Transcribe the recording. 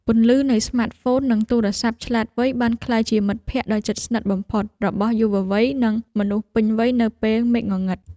ពន្លឺនៃស្មាតហ្វូននិងទូរទស្សន៍ឆ្លាតវៃបានក្លាយជាមិត្តភក្តិដ៏ជិតស្និទ្ធបំផុតរបស់យុវវ័យនិងមនុស្សពេញវ័យនៅពេលមេឃងងឹត។